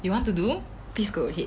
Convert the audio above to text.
you want to do please go ahead